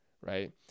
right